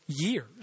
years